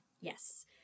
Yes